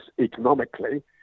economically